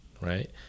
right